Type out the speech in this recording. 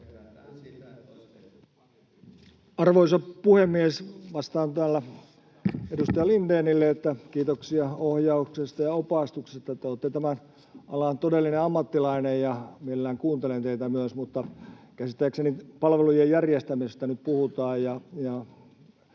Arvoisa puhemies! Vastaan täällä edustaja Lindénille: Kiitoksia ohjauksesta ja opastuksesta. Te olette tämän alan todellinen ammattilainen, ja mielellään myös kuuntelen teitä, mutta käsittääkseni palvelujen järjestämisestä nyt puhutaan